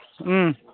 ꯎꯝ